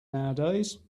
nowadays